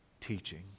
teaching